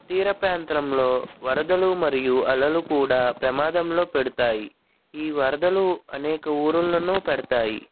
తీర ప్రాంతంలో వరదలు మరియు అలలు కూడా ప్రమాదంలో పెడతాయి ఈ వరదలు అనేక ఊరులను పెడతాయి